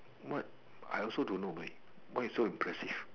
but I also don't know like why you so impressive